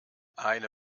eine